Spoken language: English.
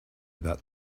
about